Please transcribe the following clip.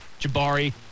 Jabari